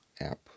app